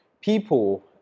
people